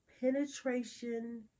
penetration